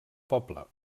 poble